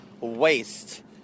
waste